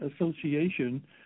Association